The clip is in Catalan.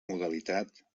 modalitat